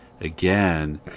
again